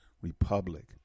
Republic